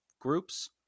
groups